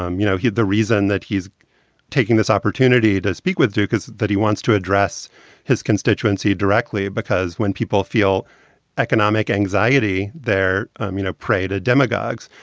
um you know, he's the reason that he's taking this opportunity to speak with duke is that he wants to address his constituency directly, because when people feel economic anxiety, they're um you know prey to demagogues.